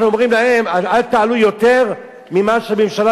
אנחנו אומרים להם: אל תעלו יותר ממה שהממשלה,